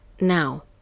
Now